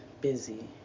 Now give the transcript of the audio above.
busy